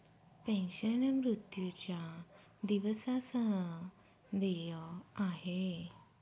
pension, मृत्यूच्या दिवसा सह देय आहे